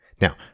Now